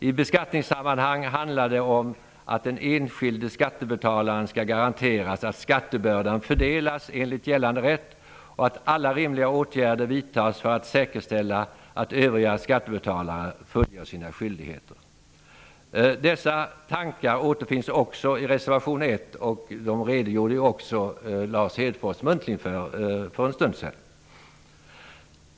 I beskattningssammanhang handlar det om att den enskilde skattebetalaren ska garanteras att skattebördan fördelas enligt gällande rätt, och att alla rimliga åtgärder vidtas för att säkerställa att övriga skattebetalare fullgör sina skyldigheter.'' Dessa tankar återfinns i reservation nr 1. Lars Hedfors redogjorde också muntligt för dem här för en stund sedan.